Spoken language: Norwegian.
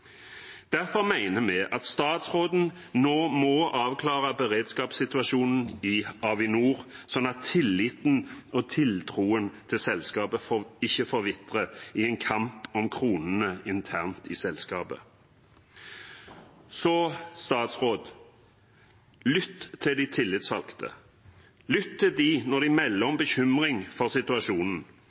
Derfor mener vi at statsråden nå må avklare beredskapssituasjonen i Avinor, sånn at tilliten og tiltroen til selskapet ikke forvitrer i en kamp om kroner internt i selskapet. Så til statsråden: Lytt til de tillitsvalgte, lytt til dem når de melder om bekymring for situasjonen.